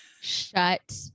Shut